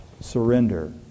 surrender